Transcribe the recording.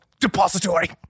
depository